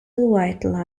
white